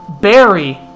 Barry